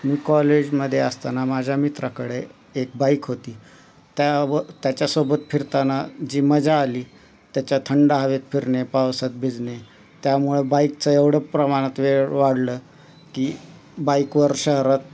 मी कॉलेजमध्ये असताना माझ्या मित्राकडे एक बाईक होती त्याब त्याच्यासोबत फिरताना जी मजा आली त्याच्या थंड हवेत फिरणे पावसात भिजणे त्यामुळं बाईकचं एवढं प्रमाणात वेळ वाढलं की बाईकवर शहरात